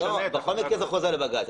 בכל מקרה זה חוזר לבג"ץ.